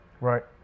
Right